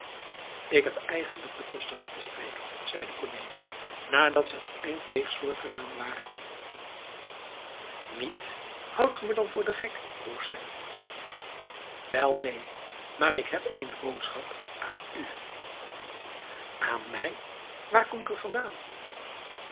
ik heb eigenlijk den koster niet te spreken zeide cornelis nadat ze een eindweegs voortgegaan waren niet houdt ge me dan voor den gek vroeg ze wel neen maar ik heb eene boodschap aan u aan mij waar komt gij vandaan